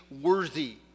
worthy